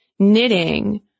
knitting